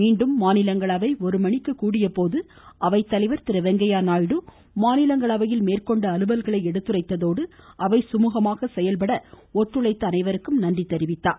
மீண்டும் அவை ஒருமணிக்கு கூடியபோது அவை தலைவர் திரு வெங்கையா நாயுடு மாநிலங்களவையில் மேற்கொண்ட அலுவல்களை எடுத்துரைத்ததோடு அவை சுமூகமாக செயல்பட ஒத்துழைத்த அனைவருக்கும் நன்றி தெரிவித்துக் கொண்டார்